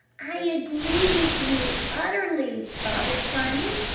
i agree with you. utterly, father-funny!